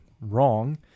wrong